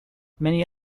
many